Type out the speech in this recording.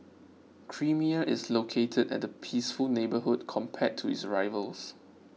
creamier is located at a peaceful neighbourhood compared to its rivals